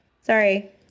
Sorry